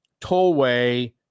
tollway